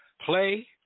Play